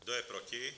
Kdo je proti?